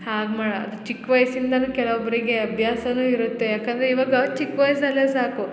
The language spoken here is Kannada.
ಹಾಗೆ ಮಾ ಚಿಕ್ಕ ವಯಸ್ಸಿಂದಲೂ ಕೆಲೊಬ್ಬರಿಗೆ ಅಭ್ಯಾಸವೂ ಇರುತ್ತೆ ಯಾಕಂದರೆ ಇವಾಗ ಚಿಕ್ಕ ವಯಸ್ಸಲ್ಲೇ ಸಾಕು